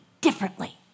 differently